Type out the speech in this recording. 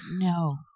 No